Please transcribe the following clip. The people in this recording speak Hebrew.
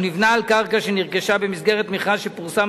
הוא נבנה על קרקע שנרכשה במסגרת מכרז שפורסם